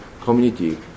community